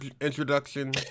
introduction